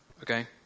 Okay